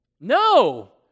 No